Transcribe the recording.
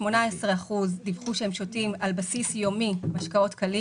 18% דיווחו שהם שותים על בסיס יומי משקאות קלים